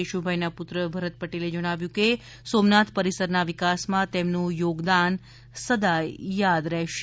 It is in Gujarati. કેશુભાઈના પુત્ર ભરત પટેલે જણાવ્યું છે કે સોમનાથ પરિસરના વિકાસમાં તેમનું યોગદાન સદાય યાદ રહેશે